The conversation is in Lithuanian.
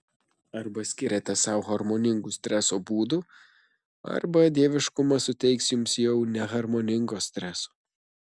arba skiriate sau harmoningų streso būdų arba dieviškumas suteiks jums jau neharmoningo streso